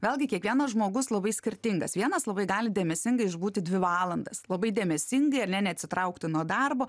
vėlgi kiekvienas žmogus labai skirtingas vienas labai gali dėmesingai išbūti dvi valandas labai dėmesingai ar ne neatsitraukti nuo darbo